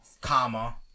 comma